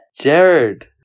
Jared